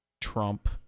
Trump